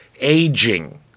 aging